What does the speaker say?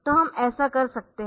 तो हम ऐसा कर सकते है